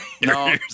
No